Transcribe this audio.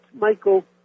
Michael